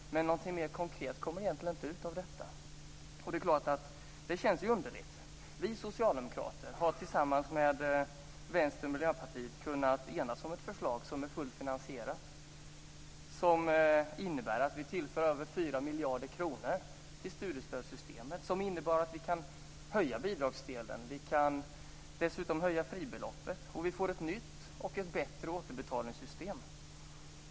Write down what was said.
Men något mer konkret kommer egentligen inte ut av detta. Det är klart att det känns underligt. Vi socialdemokrater har tillsammans med Vänsterpartiet och Miljöpartiet kunnat enas om ett förslag som är fullt finansierat och som betyder att vi tillför över 4 miljarder kronor till studiestödssystemet innebärande att vi kan höja bidragsdelen. Dessutom kan vi höja fribeloppet, och vi får ett nytt och bättre återbetalningssystem.